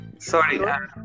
Sorry